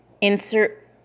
insert